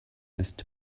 ist